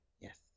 Yes